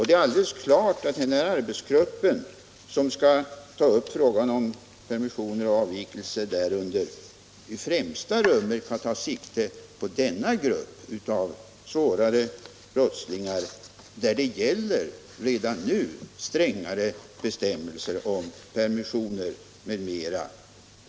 Det är alldeles klart att den arbetsgrupp, som skall ta upp frågan om permissioner och avvikelser därunder, i främsta rummet skall ta sikte på denna grupp av svårare brottslingar, för vilken det redan nu gäller strängare bestämmelser om permissioner m.m.